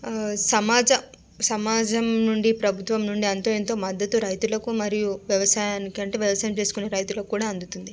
ఆ సమాజ సమాజం నుండి ప్రభుత్వం నుండి అంతో ఇంతో మద్ధతు రైతులకు మరియు వ్యవసాయానికి అంటే వ్యవసాయం చేసుకునే రైతులకు కూడా అందుతుంది